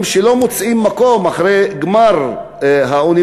שלא מוצאים מקום לעבוד אחרי גמר האוניברסיטה.